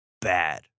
bad